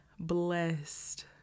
blessed